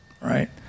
right